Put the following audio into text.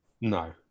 No